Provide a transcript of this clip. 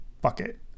bucket